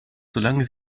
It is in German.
solange